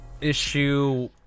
issue